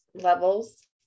levels